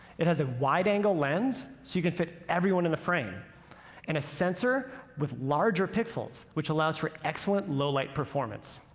it has a wide-angle lens so you can fit everyone in the frame and a sensor with larger pixels which allows for excellent low-light performance.